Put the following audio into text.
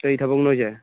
ꯀꯩ ꯊꯕꯛꯅꯣ ꯍꯥꯏꯁꯦ